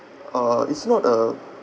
uh it's not a